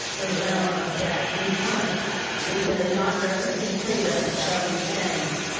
the realm of death, he cometh neither yonder in freedom shall he stand.